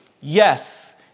Yes